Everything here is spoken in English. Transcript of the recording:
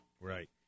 right